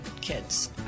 kids